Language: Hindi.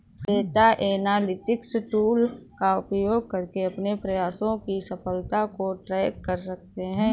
डेटा एनालिटिक्स टूल का उपयोग करके अपने प्रयासों की सफलता को ट्रैक कर सकते है